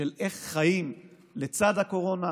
איך חיים לצד הקורונה,